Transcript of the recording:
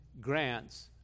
grants